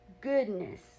goodness